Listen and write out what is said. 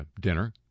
dinner